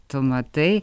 tu matai